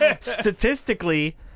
Statistically